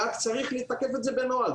רק צריך לכתוב את זה בנוהל,